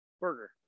Burger